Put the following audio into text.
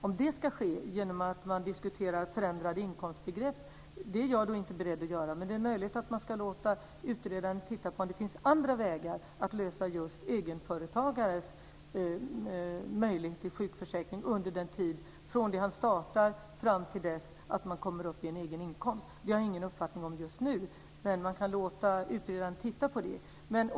Om det ska ske genom ett förändrat inkomstbegrepp är jag inte beredd att säga ja till, men det är möjligt att vi ska låta utredaren titta på om det finns andra vägar för att se om det är möjligt för egenföretagare att få ersättning från sjukförsäkringen från det han startar företaget fram till dess han kommer upp i en egen inkomst. Det har jag ingen uppfattning om just nu, men man kan låta utredaren titta på det.